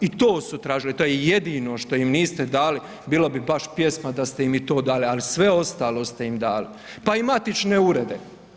I to su tražili, to je jedino što im niste dali, bilo bi baš pjesma da ste im i to dali ali sve ostalo ste im dali pa i matične urede.